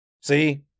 See